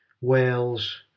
Wales